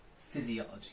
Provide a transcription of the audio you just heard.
physiology